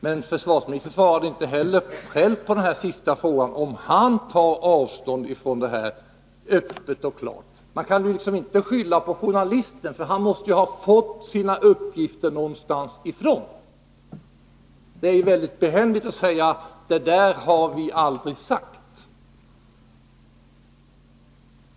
Men försvarsministern svarade inte själv på frågan om han öppet och klart tar avstånd från detta uttalande. Man kan inte bara skylla på journalisten, därför att han måste ju ha fått sina uppgifter någonstans. Det är mycket behändigt att säga: Detta har vi aldrig sagt.